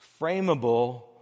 frameable